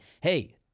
hey—